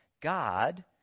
God